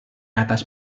atas